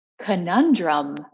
conundrum